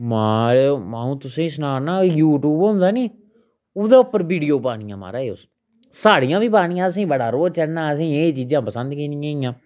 माए आ'ऊं तुसें सनानां एह् यूट्यूव होंदा नी ओहदे उप्पर वीडियो पानियां महाराज ओस साढ़ियां बी पानियां असेंई बड़ा रोह् चढ़ना असें एह् चीजां पसंद गै नेईं हियां